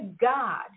God